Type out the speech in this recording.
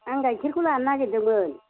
आं गाइखेरखौ लानो नागिरदोंमोन